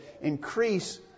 increase